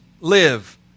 live